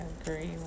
agree